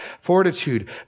fortitude